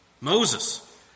Moses